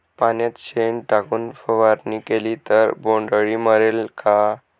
पाण्यात शेण टाकून फवारणी केली तर बोंडअळी मरेल का?